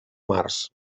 març